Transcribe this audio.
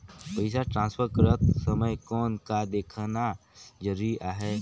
पइसा ट्रांसफर करत समय कौन का देखना ज़रूरी आहे?